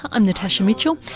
i'm natasha mitchell,